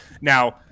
now